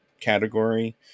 category